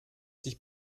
sich